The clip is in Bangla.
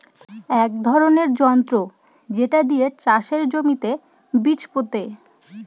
এক ধরনের যন্ত্র যেটা দিয়ে চাষের জমিতে বীজ পোতে